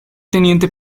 teniente